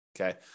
Okay